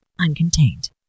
uncontained